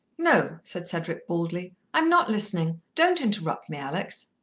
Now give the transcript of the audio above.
no, said cedric baldly. i'm not listening. don't interrupt me, alex.